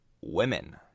women